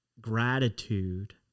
gratitude